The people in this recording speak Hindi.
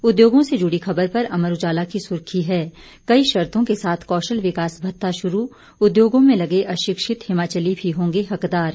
उद्योगों से जुड़ी ख़बर पर अमर उजाला की सुर्खी है कई शर्तों के साथ कौशल विकास भत्ता शुरू उद्योगों में लगे अशिक्षित हिमाचली भी होंगे हकदार